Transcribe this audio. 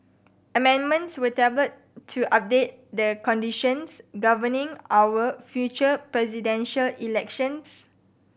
amendments were tabled to update the conditions governing our future presidential elections